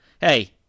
Hey